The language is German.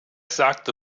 sagte